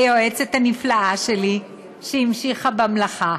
ליועצת הנפלאה שלי שהמשיכה במלאכה.